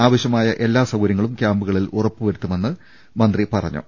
ആവശ്യമായ എല്ലാ സൌകര്യങ്ങളും ക്യാമ്പു കളിൽ ഉറപ്പുവരുത്തുമെന്ന് മന്ത്രി പറഞ്ഞു